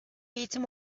eğitim